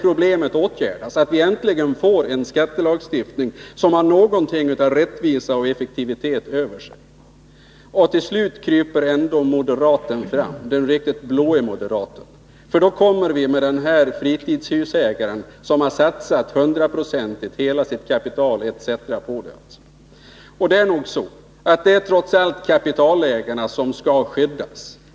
Varför inte se till att vi äntligen får en skattelagstiftning som har någonting av rättvisa och effektivitet över sig? Till slut kryper ändå den riktigt blå moderaten fram, när Bo Lundgren tar upp exemplet med fritidshusägaren som hundraprocentigt satsat sitt eget kapital. Det är nog så att det trots allt är kapitalägarna som skall skyddas.